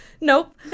nope